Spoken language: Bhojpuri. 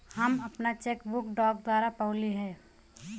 हम आपन चेक बुक डाक द्वारा पउली है